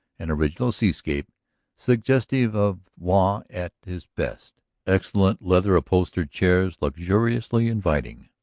an original seascape suggestive of waugh at his best excellent leather-upholstered chairs luxuriously inviting,